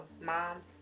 Mom